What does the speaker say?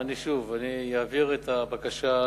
שוב, אני אעביר את הבקשה,